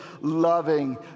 loving